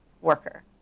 worker